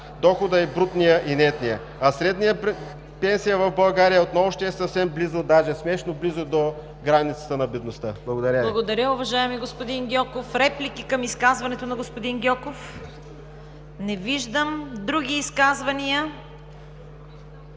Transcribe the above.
дохода – и брутния, и нетния, а средната пенсия в България отново ще е съвсем близо, даже смешно близо, до границата на бедността. Благодаря Ви. ПРЕДСЕДАТЕЛ ЦВЕТА КАРАЯНЧЕВА: Благодаря, уважаеми господин Гьоков. Реплики към изказването на господин Гьоков. Не виждам. Други изказвания?